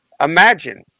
Imagine